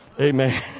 amen